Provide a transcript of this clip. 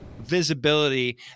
visibility